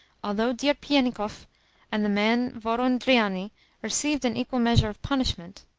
although dierpiennikov and the man voron-drianni received an equal measure of punishment,